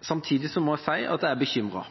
samtidig si at jeg er bekymret.